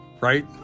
right